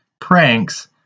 pranks